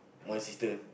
my sister